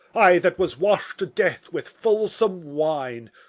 i that was wash'd to death with fulsome wine,